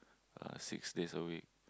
uh six days a week